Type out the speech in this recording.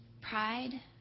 pride